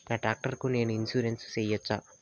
నా టాక్టర్ కు నేను ఇన్సూరెన్సు సేయొచ్చా?